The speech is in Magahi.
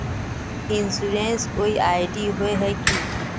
इंश्योरेंस कोई आई.डी होय है की?